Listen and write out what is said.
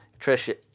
Trish